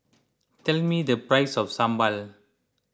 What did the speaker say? tell me the price of Sambal